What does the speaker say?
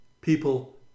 people